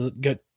get